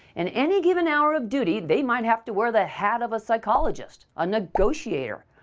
in any given hour of duty they might have to wear the hat of a psychologist, a negotiator,